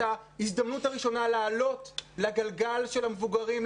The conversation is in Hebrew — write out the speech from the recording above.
ההזדמנות הראשונה לעלות לגלגל של המבוגרים,